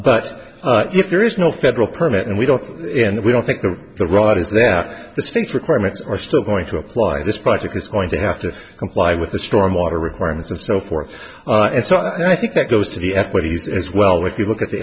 permit but if there is no federal permit and we don't and we don't think that the right is that the states requirements are still going to apply this project is going to have to comply with the stormwater requirements and so forth and so i think that goes to the equities as well if you look at the